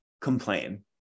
complain